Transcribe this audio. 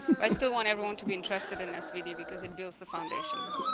but i still want everyone to be interested in svd because it builds the foundation